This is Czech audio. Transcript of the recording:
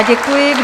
Děkuji.